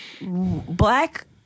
black